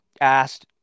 asked